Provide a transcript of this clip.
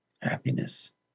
happiness